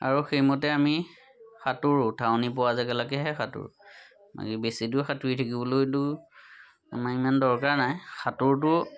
আৰু সেইমতে আমি সাঁতোৰো ঠাৱনি পোৱা জেগালৈকেহে সাঁতোৰো মানে বেছি দূৰ সাঁতুৰি থাকিবলৈতো আমাৰ ইমান দৰকাৰ নাই সাঁতোৰটো